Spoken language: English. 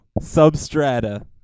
Substrata